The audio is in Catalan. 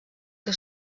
que